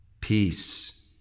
peace